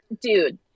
dude